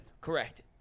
Correct